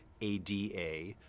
ADA